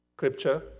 Scripture